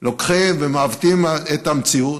לוקחים ומעוותים את המציאות.